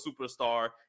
superstar